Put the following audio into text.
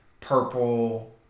purple